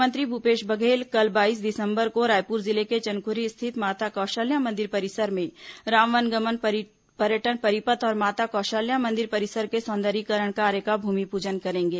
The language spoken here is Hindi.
मुख्यमंत्री भूपेश बघेल कल बाईस दिसंबर को रायपुर जिले के चंदखुरी स्थित माता कौशल्या मंदिर परिसर में राम वनगमन पर्यटन परिपथ और माता कौशल्या मंदिर परिसर के सौंदर्यीकरण कार्य का भूमिपूजन करेंगे